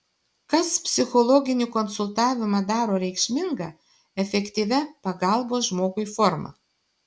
kas psichologinį konsultavimą daro reikšminga efektyvia pagalbos žmogui forma